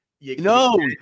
No